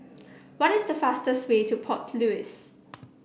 what is the fastest way to Port Louis